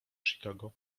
chicago